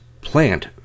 plant